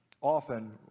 often